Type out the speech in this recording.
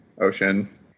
Ocean